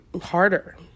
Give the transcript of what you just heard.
harder